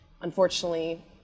unfortunately